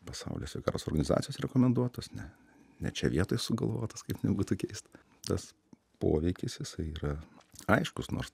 pasaulio sveikatos organizacijos rekomenduotos ne ne čia vietoj sugalvotos kaip nebūtų keista tas poveikis jisai yra aiškus nors